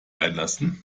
einlassen